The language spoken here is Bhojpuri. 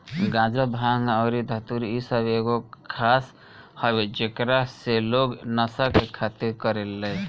गाजा, भांग अउरी धतूर इ सब एगो घास हवे जेकरा से लोग नशा के खातिर करेले